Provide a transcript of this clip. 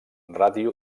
ràdio